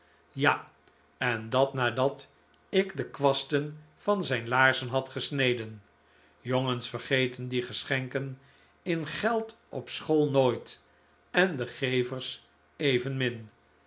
ja en dat nadat ik de kwasten van zijn laarzen had gesneden jongens vergeten die geschenken in geld op school nooit en de gevers evenmin